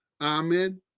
Amen